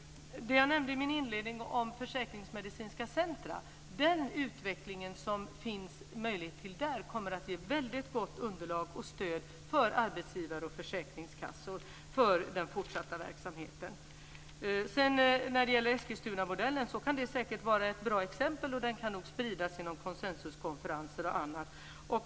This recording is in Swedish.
Jag nämnde i min inledning de försäkringsmedicinska centrumen. Den utveckling som det finns möjlighet till där kommer att ge ett väldigt gott underlag och stöd för arbetsgivare och försäkringskassor för den fortsatta verksamheten. När det gäller Eskilstunamodellen kan det säkert vara ett bra exempel som kan spridas genom konsensuskonferenser och annat.